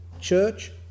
church